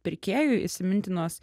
pirkėjui įsimintinos